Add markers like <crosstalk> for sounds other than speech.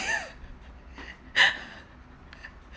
<laughs>